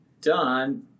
done